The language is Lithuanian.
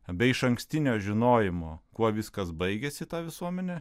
be išankstinio žinojimo kuo viskas baigėsi ta visuomenė